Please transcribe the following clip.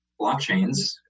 blockchains